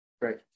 Great